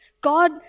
God